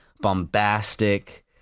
bombastic